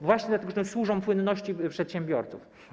Właśnie dlatego, że służą płynności przedsiębiorców.